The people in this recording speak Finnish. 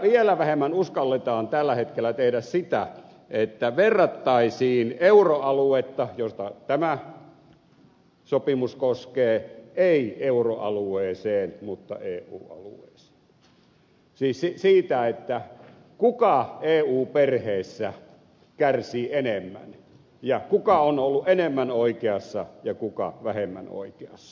vielä vähemmän uskalletaan tällä hetkellä tehdä sitä että verrattaisiin euroaluetta jota tämä sopimus koskee ei euroalueeseen mutta eu alueeseen siis sitä kuka eu perheessä kärsii enemmän ja kuka on ollut enemmän oikeassa ja kuka vähemmän oikeassa